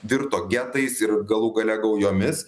virto getais ir galų gale gaujomis